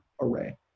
array